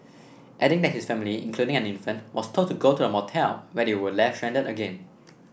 adding that his family including an infant was told to go to a motel where they were left stranded again